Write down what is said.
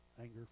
anger